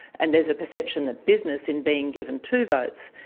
and there is a perception that business, in being given two votes,